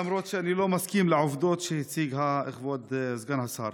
למרות שאני לא מסכים עם העובדות שהציג כבוד סגן השר.